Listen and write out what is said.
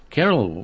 Carol